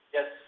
Yes